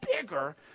bigger